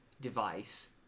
device